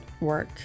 work